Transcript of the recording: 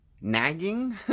nagging